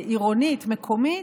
עירונית, מקומית,